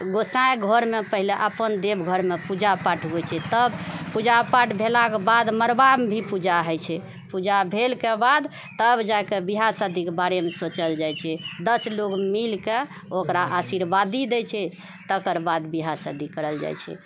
गोंसाइ घरमे पहिले अपन देव घरमे पूजा पाठ होइत छै तब पूजा पाठ भेलाक बाद मरवामे भी पूजा होइ छै पूजा भेलाके बाद तब जाकऽ बिआह शादीके बारेमे सोचल जाइछै दश लोग मिलिके ओकरा आशीर्वादी देइत छै तेकर बाद ब्याह शादी करल जाइत छै